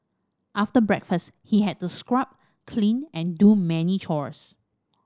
after breakfast he had to scrub clean and do many chores